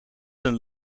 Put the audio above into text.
een